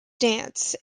dance